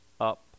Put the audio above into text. up